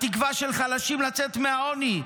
התקווה של חלשים לצאת מהעוני,